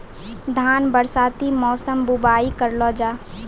धान बरसाती मौसम बुवाई करलो जा?